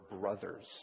brother's